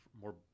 more